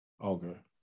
Okay